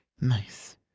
Nice